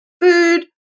food